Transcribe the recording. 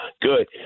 Good